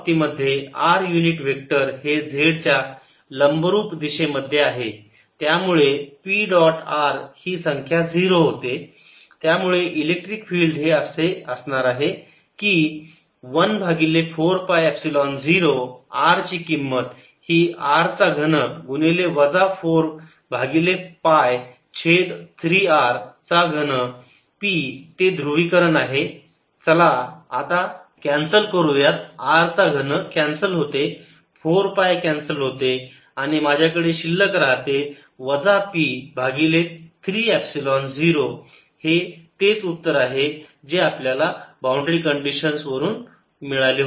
या बाबतीमध्ये r unit vector हे z च्या लंबरुप दिशेमध्ये आहे त्यामुळे p डॉट r ही संख्या 0 होते त्यामुळे इलेक्ट्रिक फिल्ड हे असे असणार आहे की 1 भागिले 4 पाय एपसिलोन 0 r ची किंमत ही r चा घन गुणिले वजा 4 भागिले पाय छेद 3 r चा घन p ते ध्रुवीकरण आहे चला आता कॅन्सल करूयात r चा घन कॅन्सल होते 4 पाय कॅन्सल होते आणि माझ्याकडे शिल्लक राहते वजा p भागिले 3 एपसिलोन 0 हे तेच उत्तर आहे जे आपल्याला बाउंड्री कंडिशन्स वापरून मिळाले आहे